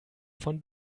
von